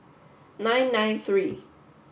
nine nine three